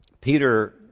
Peter